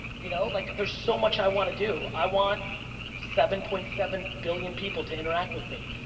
you know like there's so much i wanna do. i want seven point seven billion people to interact with me.